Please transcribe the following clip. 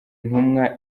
intumwa